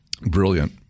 Brilliant